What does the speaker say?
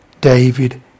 David